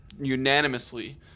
unanimously